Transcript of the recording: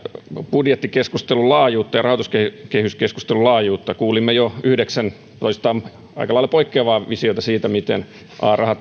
budjettikeskustelun laajuutta ja rahoituskehyskeskustelun laajuutta kuulimme jo yhdeksäntoista aika lailla poikkeavaa visiota siitä miten rahat